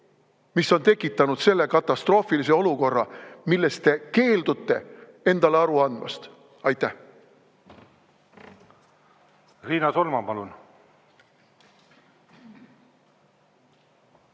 mis on tekitanud katastroofilise olukorra, millest te keeldute endale aru andmast. Aitäh! Aga noh,